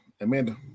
Amanda